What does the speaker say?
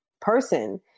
person